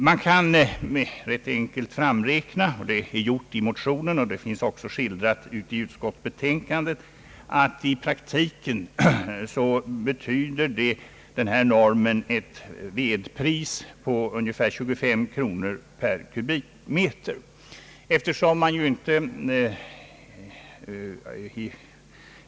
Man kan rätt enkelt framräkna — det är gjort i motionen och finns skildrat i utskottsbetänkandet — att denna norm i praktiken betyder ett vedpris på ungefär 25 kronor per kubikmeter.